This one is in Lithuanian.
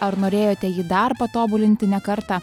ar norėjote jį dar patobulinti ne kartą